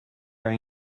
our